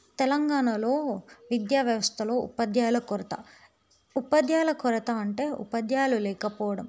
తెలంగాణలో విద్యా వ్యవస్థలో ఉపాధ్యాయుల కొరత ఉపాధ్యాయుల కొరత అంటే ఉపాధ్యాయులు లేకపోవడం